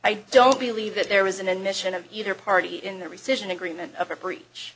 i don't believe that there is an admission of either party in the rescission agreement of a breach